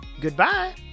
Goodbye